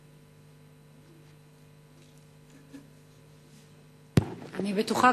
אני בטוחה,